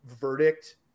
verdict